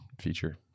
feature